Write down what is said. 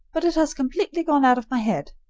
but it has completely gone out of my head.